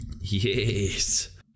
Yes